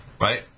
right